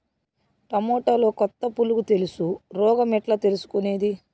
టమోటాలో కొత్త పులుగు తెలుసు రోగం ఎట్లా తెలుసుకునేది?